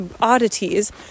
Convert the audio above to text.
oddities